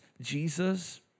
Jesus